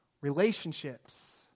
relationships